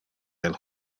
del